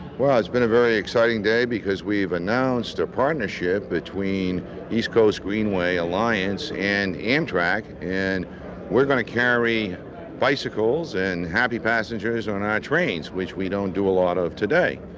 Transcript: well, it's been a very exciting day because we've announced a partnership between the east coast greenway alliance and amtrak, and we're going to carry bicycles and happy passengers on our trains, which we don't do a lot of today.